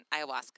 ayahuasca